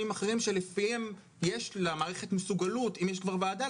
אחרים שלפיהם יש למערכת מסוגלות אם יש כבר ועדה,